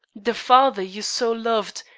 the father you so loved,